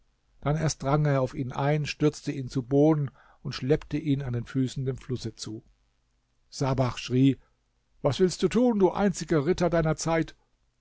dann erst drang er auf ihn ein stürzte ihn zu boden und schleppte ihn an den füßen dem flusse zu sabach schrie was willst du tun du einziger ritter deiner zeit